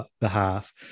behalf